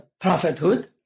prophethood